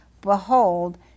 behold